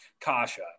Kasha